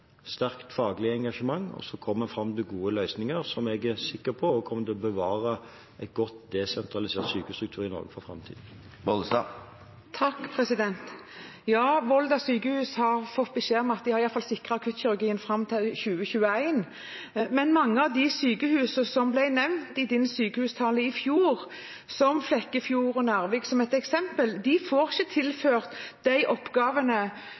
fram til gode løsninger, som jeg er sikker på kommer til å bevare en god, desentralisert sykehusstruktur i Norge i framtiden. Ja, Volda sykehus har fått beskjed om at de har i alle fall sikret akuttkirurgien fram til 2021. Men mange av de sykehusene som ble nevnt i din sykehustale i fjor, eksempler er Flekkefjord og Narvik, får ikke tilført de